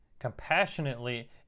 compassionately